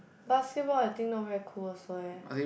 basketball I think not very cool also eh